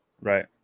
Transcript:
Right